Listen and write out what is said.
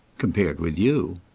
compared with you.